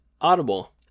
Audible